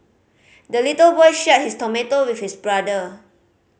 the little boy shared his tomato with his brother